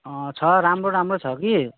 छ राम्रो राम्रो छ कि